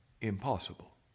impossible